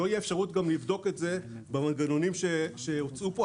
גם לא תהיה אפשרות לבדוק את זה במנגנונים שהוצעו פה.